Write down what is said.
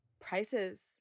Prices